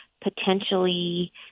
potentially